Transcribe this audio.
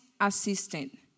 assistant